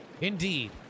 Indeed